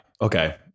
Okay